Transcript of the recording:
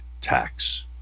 tax